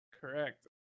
correct